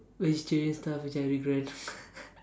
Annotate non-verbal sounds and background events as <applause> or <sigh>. vegetarian stuff whih I regret <laughs>